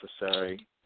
necessary